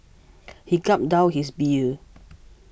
he gulped down his beer